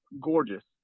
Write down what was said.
gorgeous